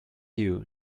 you